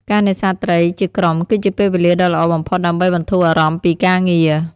ការនេសាទត្រីជាក្រុមគឺជាពេលវេលាដ៏ល្អបំផុតដើម្បីបន្ធូរអារម្មណ៍ពីការងារ។